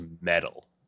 metal